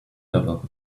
level